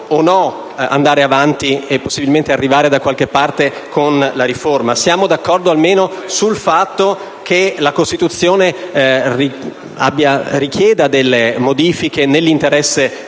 Siamo d'accordo almeno sul fatto che la Costituzione richieda delle modifiche nell'interesse generale,